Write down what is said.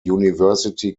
university